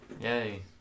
Yay